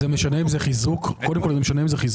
זה משנה אם זה חיזוק או הריסה.